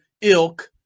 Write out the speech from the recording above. ilk